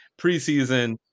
preseason